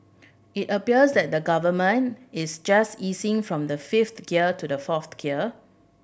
it appears that the Government is just easing from the fifth gear to the fourth gear